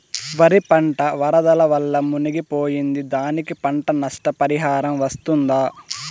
వరి పంట వరదల వల్ల మునిగి పోయింది, దానికి పంట నష్ట పరిహారం వస్తుందా?